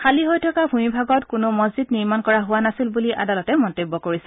খালী হৈ থকা ভূমিভাগত কোনো মছজিদ নিৰ্মাণ কৰা হোৱা নাছিল বুলি আদালতে মন্তব্য কৰিছে